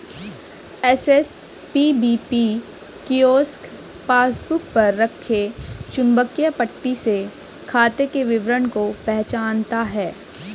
SSPBP kiosk passbook पर रखे चुंबकीय पट्टी से खाते के विवरण को पहचानता है